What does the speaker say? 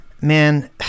Man